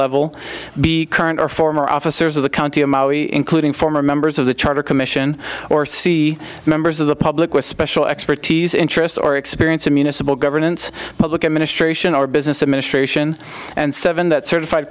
level be current or former officers of the county of maui including former members of the charter commission or see members of the public with special expertise interest or experience of municipal government public administration or business administration and seven that certified